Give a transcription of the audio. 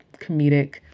comedic